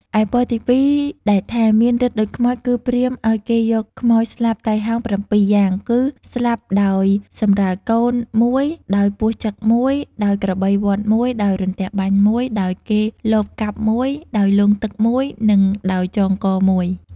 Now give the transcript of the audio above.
ឯពរ ទី ២ ដែលថា មានឫទ្ធិដូចខ្មោច គឺព្រាហ្មណ៍ឲ្យគេយកខ្មោចស្លាប់ តៃហោង ៧ យ៉ាង គឺ ស្លាប់ដោយសម្រាលកូន ១, ដោយពស់ចឹក ១, ដោយក្របីវ័ធ ១, ដោយរន្ទះបាញ់ ១, ដោយគេលបកាប់ ១, ដោយលង់ទឹក ១, និងដោយចងក ១។